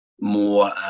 more